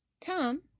Tom